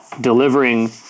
delivering